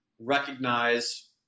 recognize